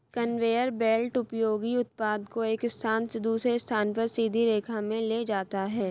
conveyor belt उपयोगी उत्पाद को एक स्थान से दूसरे स्थान पर सीधी रेखा में ले जाता है